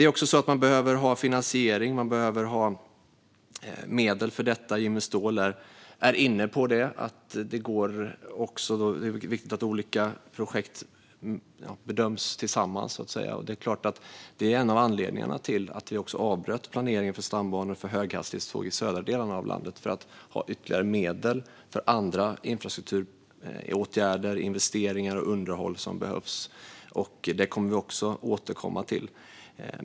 Man behöver också ha finansiering. Man behöver ha medel för detta. Jimmy Ståhl var inne på det. Det är viktigt att olika projekt bedöms tillsammans. Detta var en av anledningarna till att vi avbröt planeringen för stambanor för höghastighetståg i södra delarna av landet för att ha ytterligare medel för andra infrastrukturåtgärder, investeringar och underhåll som behövs. Även detta kommer vi att återkomma till.